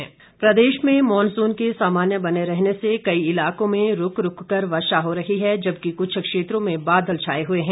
मौसम प्रदेश में मॉनसून के सामान्य बने रहने से कई इलाकों में रुक रुक कर वर्षा हो रही है जबकि कुछ क्षेत्रों में बादल छाए हुए हैं